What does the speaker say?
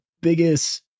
biggest